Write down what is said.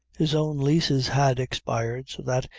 his own leases had expired, so that,